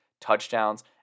touchdowns